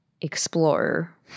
explorer